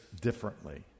differently